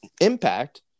Impact